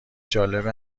جالب